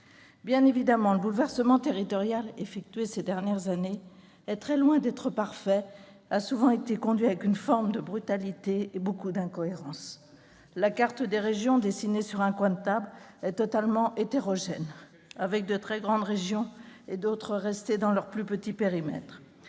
Bien évidemment, le bouleversement territorial effectué ces dernières années est très loin d'être parfait et a souvent été conduit avec une forme de brutalité et beaucoup d'incohérence. La carte des régions, dessinée sur un coin de table, est totalement hétérogène, avec de très grandes régions et d'autres restées dans leur plus petit périmètre.